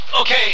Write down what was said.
Okay